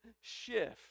shift